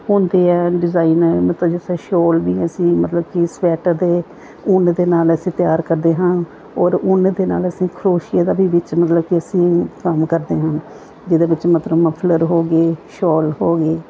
ਹੁੰਦੇ ਆ ਡਿਜ਼ਾਇਨ ਮਤਲਬ ਜਿਸ ਤਰ੍ਹਾਂ ਸ਼ੋਲ ਵੀ ਅਸੀਂ ਮਤਲਬ ਕਿ ਸਵੈਟਰ ਦੇ ਉੱਨ ਦੇ ਨਾਲ ਅਸੀਂ ਤਿਆਰ ਕਰਦੇ ਹਾਂ ਔਰ ਉੱਨ ਦੇ ਨਾਲ ਅਸੀਂ ਖਰੋਸ਼ੀਆ ਦਾ ਵੀ ਵਿੱਚ ਮਤਲਬ ਕਿ ਅਸੀਂ ਕੰਮ ਕਰਦੇ ਹਾਂ ਜਿਹਦੇ ਵਿੱਚ ਮਤਲਬ ਮਫਲਰ ਹੋ ਗਏ ਸੋਲ ਹੋ ਗਈ